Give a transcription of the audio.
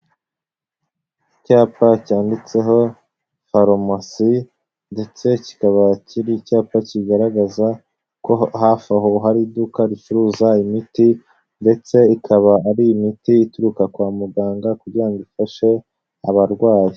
Icyapa cyanditseho farumasi, ndetse kikaba ari icyapa kigaragaza ko hafi aho hari iduka ricuruza imiti ndetse ikaba ari imiti ituruka kwa muganga kugirango ifashe abarwayi.